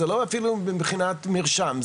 זה לא אפילו מבחינת מרשם,